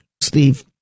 Steve